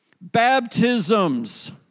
Baptisms